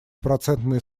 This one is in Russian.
процентные